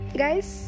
guys